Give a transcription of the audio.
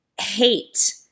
hate